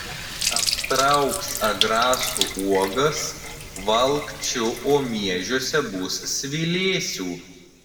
aptrauks agrastų uogas valkčiu o miežiuose bus svilėsių